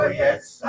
yes